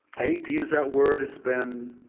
i hate to use that word it's been